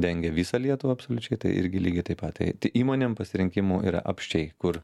dengia visą lietuvą absoliučiai tai irgi lygiai taip pat įmonėm pasirinkimų yra apsčiai kur